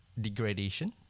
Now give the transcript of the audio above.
degradation